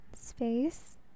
space